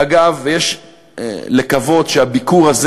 אגב יש לקוות שהביקור הזה